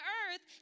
earth